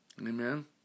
Amen